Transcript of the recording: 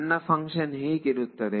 ನನ್ನ ಫಂಕ್ಷನ್ ಹೇಗಿರುತ್ತೆ